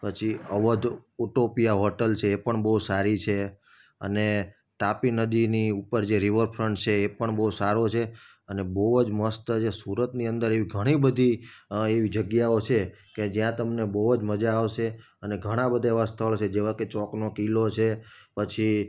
પછી Avadh Utopia hotel છે એ પણ બહુ સારી છે અને તાપી નદીની ઉપર જે રિવર ફ્રન્ટ છે એ પણ બહુ સારો છે અને બહુ જ મસ્ત છે સુરતની અંદર એવી ઘણી બધી એવી જગ્યાઓ છે કે જ્યાં તમને બહુ જ મજા આવશે અને ઘણા બધા એવા સ્થળ છે જેવા કે ચોકનો કિલ્લો છે પછી